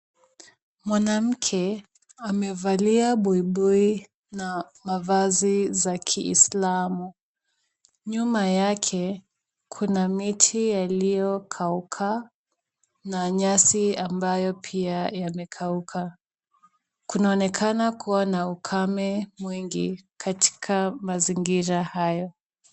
Mwanamke amevalia buibui na mavazi za kiislamu. Nyuma yake kuna miti yaliyokauka na nyasi ambayo pia yamekauka. Kunaonekana kuwa na ukame mwingi katika mazingira hayo.